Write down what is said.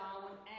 Darwin